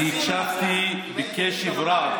אני הקשבתי בקשב רב,